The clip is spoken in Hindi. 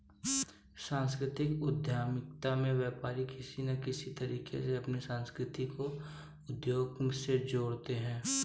सांस्कृतिक उद्यमिता में व्यापारी किसी न किसी तरीके से अपनी संस्कृति को उद्योग से जोड़ते हैं